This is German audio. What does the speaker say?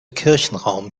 kirchenraum